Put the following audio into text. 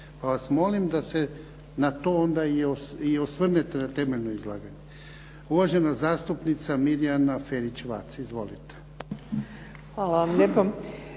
Pa vas molim da se na to onda i osvrnete na temeljno izlaganje. Uvažena zastupnica Mirjana Ferić-Vac. Izvolite. **Ferić-Vac,